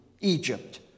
Egypt